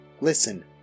Listen